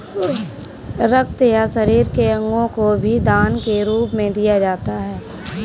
रक्त या शरीर के अंगों को भी दान के रूप में दिया जा सकता है